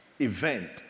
event